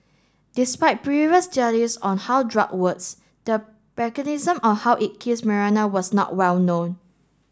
despite previous on how drug works the mechanism on how it kills malaria was not well known